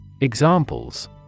Examples